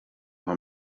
how